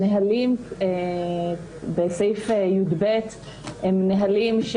הנהלים בסעיף י"ב הם נהלים,